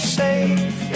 safe